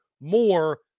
more